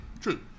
true